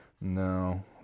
No